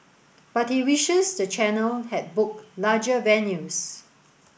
but he wishes the channel had booked larger venues